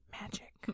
Magic